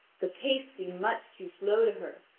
the pace seemed much too slow to her,